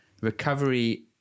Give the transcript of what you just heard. recovery